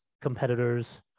competitors